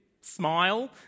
smile